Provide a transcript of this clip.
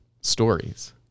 stories